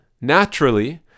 naturally